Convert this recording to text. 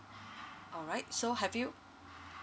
alright so have you